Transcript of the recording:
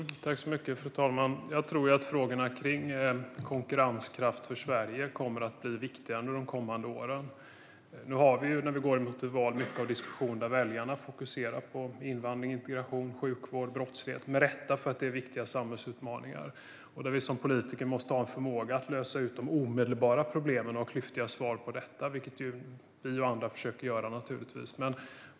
Fru talman! Jag tror att frågorna om konkurrenskraft för Sverige kommer att bli viktigare under de kommande åren. Vi har nu, när vi går mot val, mycket diskussion där väljarna fokuserar på invandring, integration, sjukvård och brottslighet - med rätta, för det är viktiga samhällsutmaningar. Som politiker måste vi ha förmåga att lösa de omedelbara problemen och ha klyftiga svar på detta, vilket vi och andra naturligtvis försöker ha.